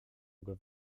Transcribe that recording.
było